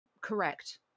correct